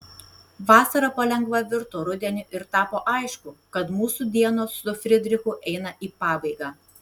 vasara palengva virto rudeniu ir tapo aišku kad mūsų dienos su fridrichu eina į pabaigą